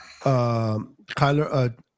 Kyler